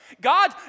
God